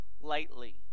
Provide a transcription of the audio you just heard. lightly